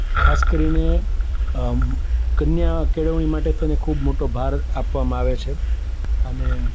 ખાસ કરીને કન્યા કેળવણી માટે થઈને ખૂબ મોટો ભાર આપવામાં આવે છે અને